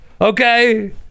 Okay